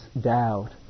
doubt